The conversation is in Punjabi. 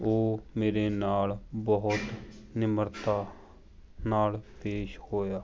ਉਹ ਮੇਰੇ ਨਾਲ ਬਹੁਤ ਨਿਮਰਤਾ ਨਾਲ ਪੇਸ਼ ਹੋਇਆ